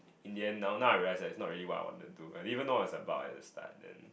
in the end now now I realise that's not really what I want to do and even know is about at the start and